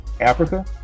Africa